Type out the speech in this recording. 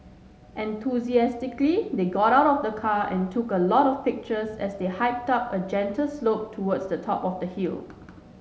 enthusiastically they got out of the car and took a lot of pictures as they hike up a gentle slope towards the top of the hill